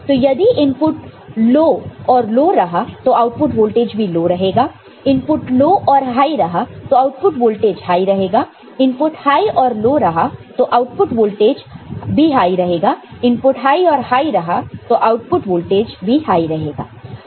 तो यदि input low और लो रहा तो आउटपुट वोल्टेज भी लो रहेगा इनपुट लो और हाई रहा तो आउटपुट वोल्टेज हाई रहेगा इनपुट हाय और लो रहा तो आउटपुट वोल्टेज भी हाई रहे इनपुट हाई और हाई रहा तो आउटपुट वोल्टेज भी हाई रहेगा